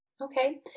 okay